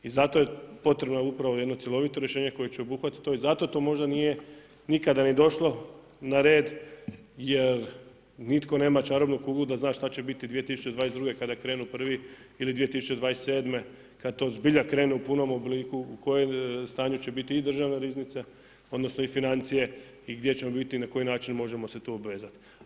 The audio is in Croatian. I zato je potrebno upravo jedno cjelovito rješenje koje će obuhvatiti to i zato to možda nije nikada ni došlo na red jer nitko nema čarobnu kuglu da zna šta će biti 2022. kada krenu prvi ili 2027. kada to zbilja krene u punom obliku u kojem stanju će biti i državna riznica, odnosno i financije i gdje ćemo biti i na koji način možemo se tu obvezati.